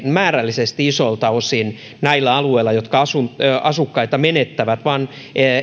määrällisesti isolta osin alueilla jotka asukkaita menettävät vaan